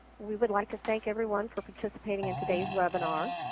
we would like to thank everyone for participating in todayis webinar.